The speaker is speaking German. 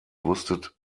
wusstet